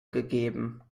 gegeben